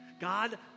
God